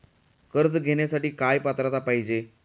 कर्ज घेण्यासाठी काय पात्रता पाहिजे?